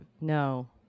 no